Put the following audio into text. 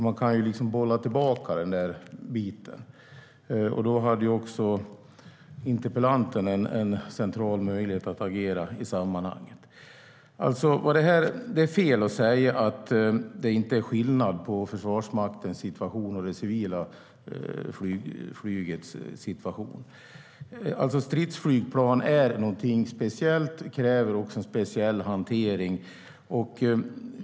Man kan alltså bolla tillbaka den biten, och även interpellanten hade en central möjlighet att agera i sammanhanget. Det är fel att säga att det inte är skillnad på Försvarsmaktens situation och det civila flygets situation. Stridsflygplan är någonting speciellt och kräver en speciell hantering.